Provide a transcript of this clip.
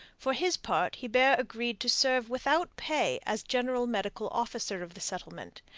for his part, hebert agreed to serve without pay as general medical officer of the settlement,